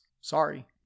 Sorry